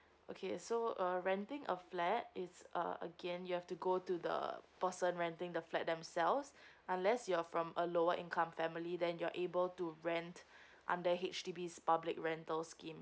okay so uh renting a flat it's a again you have to go to the person renting the flat themselves unless you're from a lower income family then you're able to rent under H_D_B public rental scheme